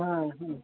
हां हां